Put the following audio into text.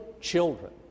children